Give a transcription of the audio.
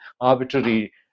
arbitrary